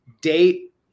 date